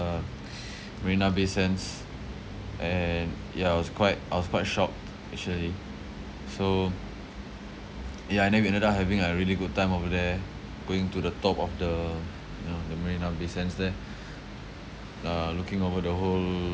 uh marina bay sands and ya it was quite I was quite shocked actually so ya and then we ended up having a really good time over there going to the top of the you know the marina bay sands there uh looking over the whole